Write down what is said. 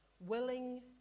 Willing